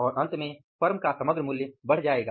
और अंत में फर्म का समग्र मूल्य बढ़ जाएगा